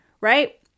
right